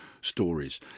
Stories